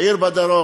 עיר בדרום,